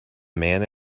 man